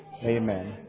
Amen